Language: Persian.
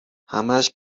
همش